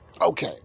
okay